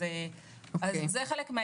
צריך להסתכל על כל התמונה הכוללת.